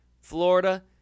Florida